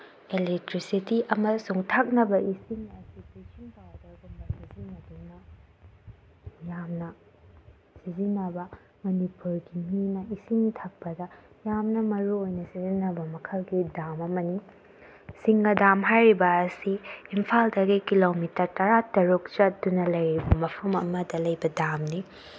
electricity ꯑꯃꯁꯨꯡ ꯊꯛꯅꯕ ꯏꯁꯤꯡ ꯑꯁꯤ ꯕ꯭ꯂꯤꯆꯤꯡ ꯄꯥꯎꯗꯔꯒꯨꯝꯕ ꯁꯤꯖꯤꯟꯅꯗꯨꯅ ꯌꯥꯝꯅ ꯁꯤꯖꯤꯟꯅꯕ ꯃꯅꯤꯄꯨꯔꯒꯤ ꯃꯤꯅ ꯏꯁꯤꯡ ꯊꯛꯄꯗ ꯌꯥꯝꯅ ꯃꯔꯨꯑꯣꯏꯅ ꯁꯤꯖꯤꯟꯅꯕ ꯃꯈꯜꯒꯤ ꯗꯥꯝ ꯑꯃꯅꯤ ꯁꯤꯡꯒꯥ ꯗꯥꯝ ꯍꯥꯏꯔꯤꯕ ꯑꯁꯤ ꯏꯝꯐꯥꯜꯗꯒꯤ ꯀꯤꯂꯣꯃꯤꯇꯔ ꯇꯔꯥꯇꯔꯨꯛ ꯆꯠꯇꯨꯅ ꯂꯩꯔꯤꯕ ꯃꯐꯝ ꯑꯃꯗ ꯂꯩꯕ ꯗꯥꯝꯅꯤ